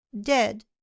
dead